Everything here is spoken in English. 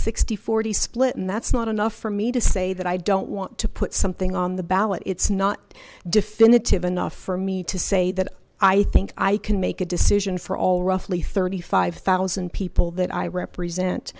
sixty forty split and that's not enough for me to say that i don't want to put something on the ballot it's not definitive enough for me to say that i think i can make a decision for all roughly thirty five thousand people that i represent